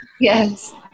Yes